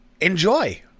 Enjoy